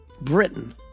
Britain